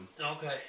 Okay